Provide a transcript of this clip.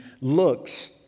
looks